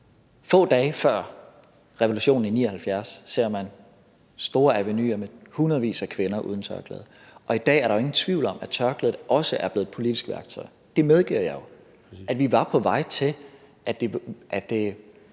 Få dage før revolutionen i 1979 ser man store avenuer med hundredvis af kvinder uden tørklæde. I dag er der jo ingen tvivl om, at tørklædet også er blevet et politisk værktøj. Det medgiver jeg jo. Vi var på vej til, at det